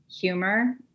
humor